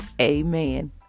Amen